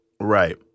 Right